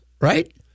right